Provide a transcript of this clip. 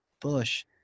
bush